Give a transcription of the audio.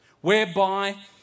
whereby